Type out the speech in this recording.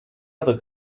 other